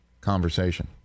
conversation